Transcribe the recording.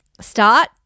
start